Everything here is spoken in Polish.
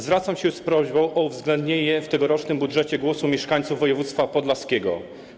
Zwracam się z prośbą o uwzględnienie w tegorocznym budżecie głosu mieszkańców województwa podlaskiego.